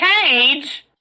Cage